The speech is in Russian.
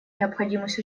необходимость